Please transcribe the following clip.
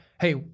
hey